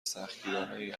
سختگیرانهای